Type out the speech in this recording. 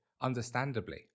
Understandably